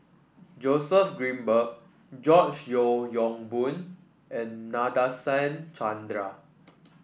Joseph Grimberg George Yeo Yong Boon and Nadasen Chandra